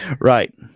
Right